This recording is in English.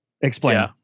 Explain